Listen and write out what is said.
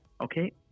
Okay